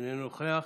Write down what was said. איננו נוכח.